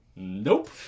Nope